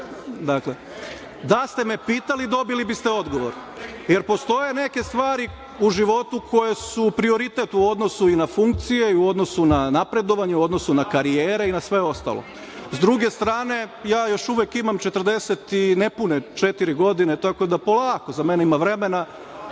nastavim, da ste me pitali, dobili biste odgovor, jer postoje neke stvari u životu koje su prioritet u odnosu na funkcije, na napredovanje, karijere i sve ostalo. Sa druge strane, ja još uvek imam 44 nepune godine, tako da polako, ima vremena